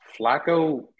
Flacco